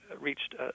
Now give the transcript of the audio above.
reached